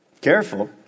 Careful